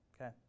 Okay